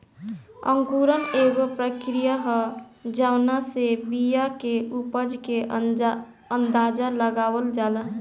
अंकुरण एगो प्रक्रिया ह जावना से बिया के उपज के अंदाज़ा लगावल जाला